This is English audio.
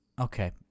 Okay